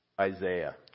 Isaiah